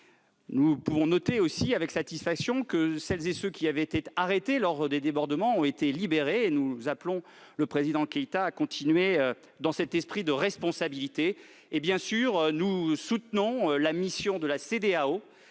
Nous pouvons aussi noter avec satisfaction que celles et ceux qui avaient été arrêtés lors des débordements ont été libérés. Nous appelons le président Keïta à continuer dans cet esprit de responsabilité. Nous soutenons la nouvelle mission de la